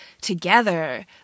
together